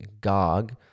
gog